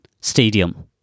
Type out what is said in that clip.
stadium